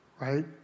Right